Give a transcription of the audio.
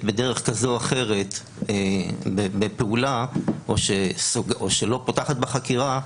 בדרך כזו או אחרת בפעולה או שלא פותחת בחקירה,